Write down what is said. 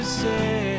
say